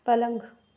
पलंग